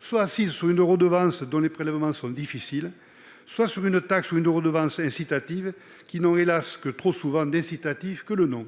soit assises sur une redevance au prélèvement difficile, ou sur une taxe ou une redevance qui, hélas, n'a, que trop souvent d'incitative que le nom.